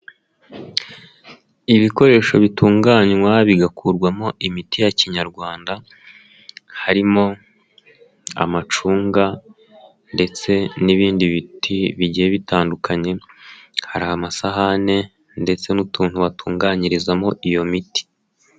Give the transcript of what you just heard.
Ibikoresho bitunganywa bigakurwamo imiti ya kinyarwanda, harimo amacunga ndetse n'ibindi biti bigiye bitandukanye, hari amasahane ndetse n'utuntu batunganyirizamo iyo miti.